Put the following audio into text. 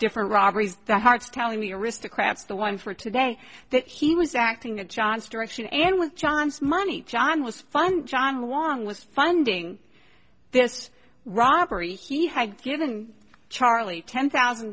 different robberies the harts telling the aristocrats the one for today that he was acting at johns direction and with john's money john was fun john huang was funding this robbery he had given charlie ten thousand